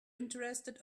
interested